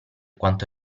quanto